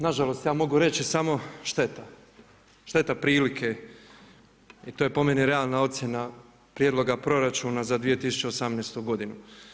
Nažalost ja mogu reći samo šteta, šteta prilike i to je po meni realna ocjena prijedloga proračuna za 2018. godinu.